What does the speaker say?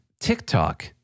TikTok